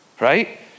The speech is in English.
right